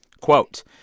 Quote